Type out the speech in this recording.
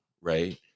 right